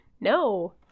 No